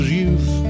youth